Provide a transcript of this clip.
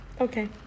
Okay